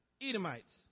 Edomites